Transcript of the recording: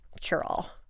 cure-all